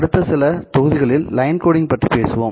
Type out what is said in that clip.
அடுத்த சில தொகுதிகளில் லைன் கோடிங் பற்றி பேசுவோம்